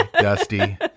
dusty